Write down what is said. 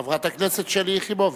חברת הכנסת שלי יחימוביץ.